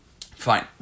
Fine